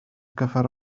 gyfer